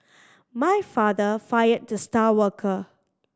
my father fired the star worker